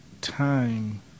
time